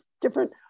different